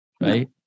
Right